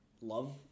love